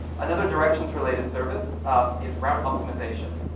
another directions related service is route optimization.